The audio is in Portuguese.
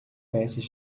peças